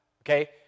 okay